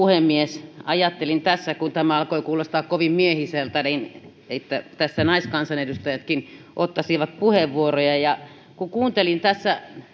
puhemies ajattelin tässä kun tämä alkoi kuulostaa kovin miehiseltä että naiskansanedustajatkin ottaisivat puheenvuoroja kun kuuntelin tässä